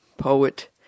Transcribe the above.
poet